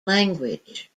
language